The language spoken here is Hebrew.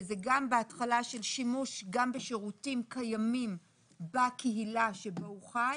זה גם בהתחלה של שימוש גם בשירותים קיימים בקהילה שבה הוא חי,